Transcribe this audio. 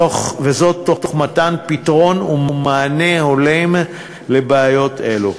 במתן פתרון ומענה הולם על בעיות אלה.